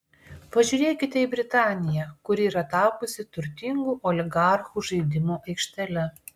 pažiūrėkite į britaniją kuri yra tapusi turtingų oligarchų žaidimo aikštele